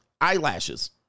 eyelashes